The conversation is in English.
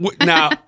now